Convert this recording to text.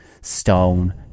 Stone